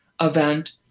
event